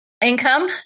income